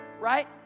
Right